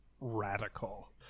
Radical